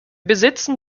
besitzen